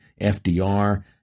FDR